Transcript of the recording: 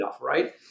Right